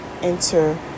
enter